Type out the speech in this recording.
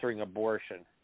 abortion